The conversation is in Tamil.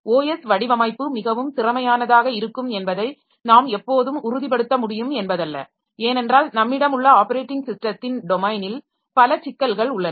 OS வடிவமைப்பு மிகவும் திறமையானதாக இருக்கும் என்பதை நாம் எப்போதும் உறுதிப்படுத்த முடியும் என்பதல்ல ஏனென்றால் நம்மிடம் உள்ள ஆப்பரேட்டிங் ஸிஸ்டத்தின் டொமைனில் பல சிக்கல்கள் உள்ளன